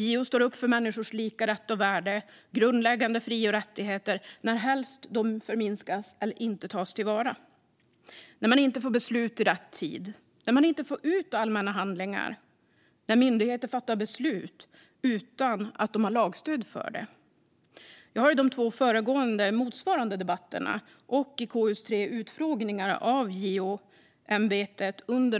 JO står upp för människors lika rätt och värde och grundläggande fri och rättigheter närhelst dessa förminskas eller inte tas till vara - när man inte får beslut i rätt tid, när man inte får ut allmänna handlingar, när myndigheter fattar beslut utan att ha lagstöd för det. Jag har i de två föregående motsvarande debatterna och i KU:s tre utfrågningar med JO-ämbetet under